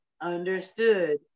understood